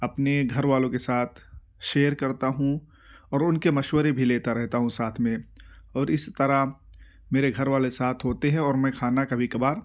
اپنے گھر والوں کے ساتھ شیئر کرتا ہوں اور ان کے مشورے بھی لیتا رہتا ہوں ساتھ میں اور اس طرح میرے گھر والے ساتھ ہوتے ہیں اور میں کھانا کبھی کبھار